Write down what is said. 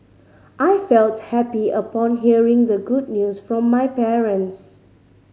I felt happy upon hearing the good news from my parents